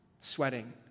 sweating